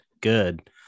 good